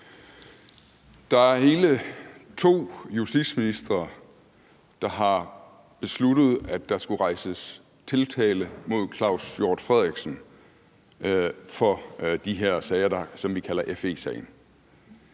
Der er hele to justitsministre, der har besluttet, at der skulle rejses tiltale mod Claus Hjort Frederiksen for de her sager, som vi kalder FE-sagen.